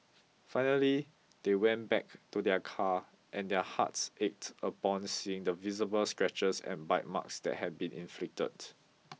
finally they went back to their car and their hearts ached upon seeing the visible scratches and bite marks that had been inflicted